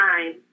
time